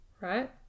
Right